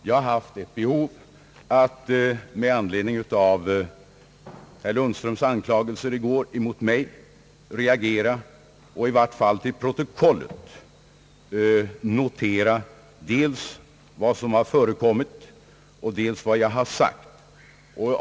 Jag har haft ett behov av att med anledning av herr Lundströms anklagelser i går mot mig reagera och i varje fall till protokollet notera dels vad som har förekommit och dels vad jag har sagt.